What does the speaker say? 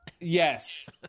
Yes